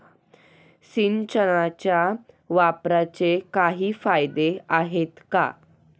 सिंचनाच्या वापराचे काही फायदे आहेत का?